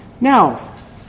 now